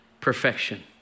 perfection